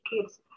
kids